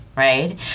Right